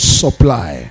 supply